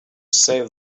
save